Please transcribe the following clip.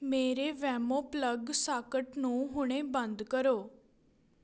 ਮੇਰੇ Waymo plug socket ਨੂੰ ਹੁਣੇ ਬੰਦ ਕਰੋ